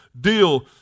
deal